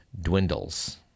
dwindles